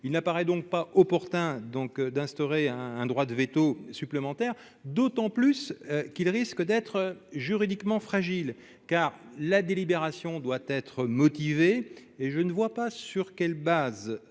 Il n'apparaît donc pas opportun d'instaurer un droit de veto supplémentaire, qui risque d'être juridiquement fragile. En effet, la délibération doit être motivée, et je ne vois pas sur quelle base